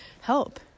help